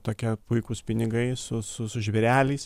tokie puikūs pinigai su su su žvėreliais